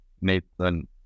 Nathan